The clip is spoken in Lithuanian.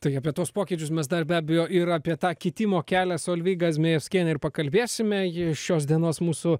tai apie tuos pokyčius mes dar be abejo ir apie tą kitimo kelią solveiga zmejauskienė ir pakalbėsime ji šios dienos mūsų